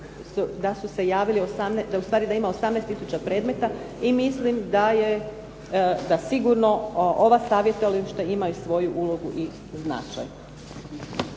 da su se javili, ustvari da ima 18 tisuća predmeta i mislim da sigurno ova savjetovališta imaju svoju ulogu i značaj.